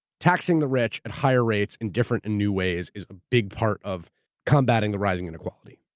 taxing the rich at higher rates in different and new ways is a big part of combating the rising inequality.